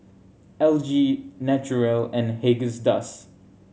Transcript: L G Naturel and Haagen's Dazs